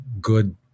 good